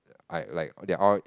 I like they're all